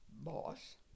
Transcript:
boss